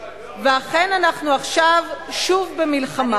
ואכן, אנחנו עכשיו שוב במלחמה.